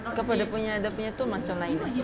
dia dia punya dia punya tone macam